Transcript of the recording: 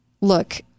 look